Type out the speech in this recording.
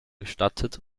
gestattet